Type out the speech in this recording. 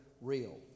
real